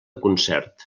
concert